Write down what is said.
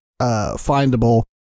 findable